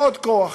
עוד כוח,